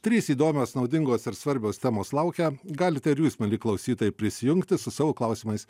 trys įdomios naudingos ir svarbios temos laukia galite ir jūs mieli klausytojai prisijungti su savo klausimais